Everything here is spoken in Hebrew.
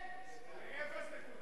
מאפס-נקודה,